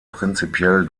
prinzipiell